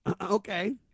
Okay